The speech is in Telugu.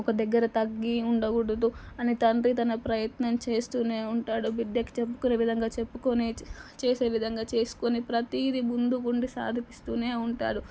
ఒక దగ్గర తగ్గి ఉండకూడదు అని తండ్రి తన ప్రయత్నం చేస్తూనే ఉంటాడు బిడ్డకి చెప్పుకునే విధంగా చెప్పుకొని చేసే విధంగా చేసుకొని ప్రతీదీ ముందుగా ఉండి సాగిపిస్తూనే ఉంటాడు